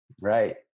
Right